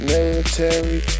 Military